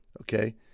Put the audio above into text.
okay